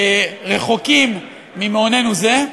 שרחוקים ממעוננו זה,